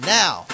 now